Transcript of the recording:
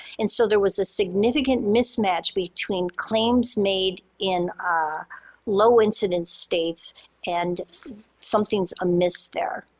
and so there was a significant mismatch between claims made in a low-incidence states and something's amiss there.